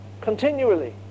continually